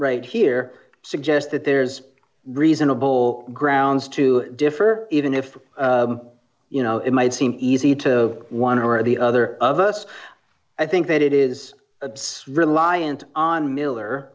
right here suggests that there's reasonable grounds to differ even if you know it might seem easy to one or the other of us i think that it is absurd reliant on miller